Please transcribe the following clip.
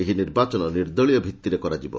ଏହି ନିର୍ବାଚନ ନିର୍ଦ୍ଦଳୀୟ ଭିଭିରେ କରାଯିବ